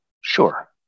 sure